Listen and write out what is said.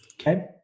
Okay